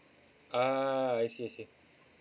ah I see I see